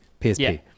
PSP